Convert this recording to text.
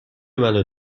منو